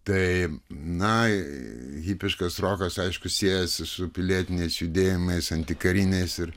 taip na hipiškas rokas aišku siejasi su pilietiniais judėjimais antikariniais ir